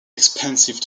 expensive